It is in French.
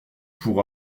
pour